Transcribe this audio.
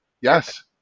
Yes